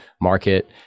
market